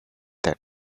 then